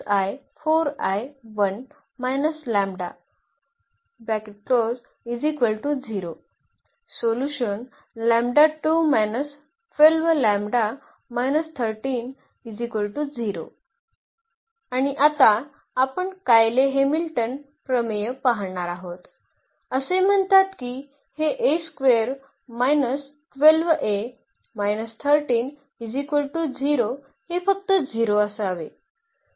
आणि आता आपण कायले हॅमिल्टन प्रमेय पाहणार आहोत असे म्हणतात की हे हे फक्त 0 असावे